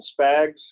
Spags